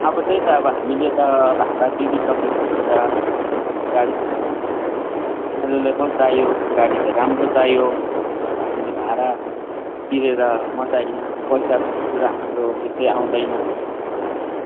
अब त्यही त अब हामीले त भाडा तिरिसकेपछि त अब हामीले त गाडी त एभाइलेबल चाहिएको गाडी त राम्रो चाहियो अनि अब हामीले भाडा तिरेर मात्र होइन पैसा भन्ने कुरा हाम्रो त्यसै आउँदैन अनि